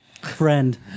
Friend